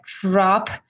drop